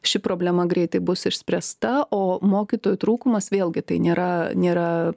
ši problema greitai bus išspręsta o mokytojų trūkumas vėlgi tai nėra nėra